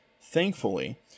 Thankfully